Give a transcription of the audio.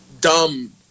dumb